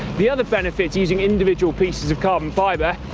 the other benefit to using individual pieces of carbon fiber,